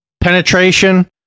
penetration